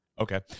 Okay